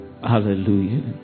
Hallelujah